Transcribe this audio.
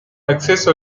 acceso